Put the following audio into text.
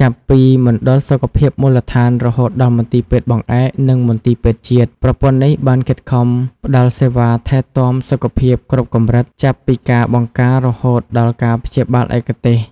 ចាប់ពីមណ្ឌលសុខភាពមូលដ្ឋាន រហូតដល់មន្ទីរពេទ្យបង្អែក និងមន្ទីរពេទ្យជាតិ ប្រព័ន្ធនេះបានខិតខំផ្តល់សេវាថែទាំសុខភាពគ្រប់កម្រិត ចាប់ពីការបង្ការរហូតដល់ការព្យាបាលឯកទេស។